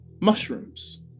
mushrooms